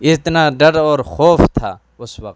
اتنا ڈر اور خوف تھا اس وقت